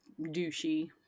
douchey